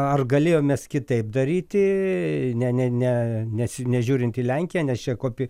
ar galėjom mes kitaip daryti ne ne ne nes nežiūrint į lenkiją nes čia kopi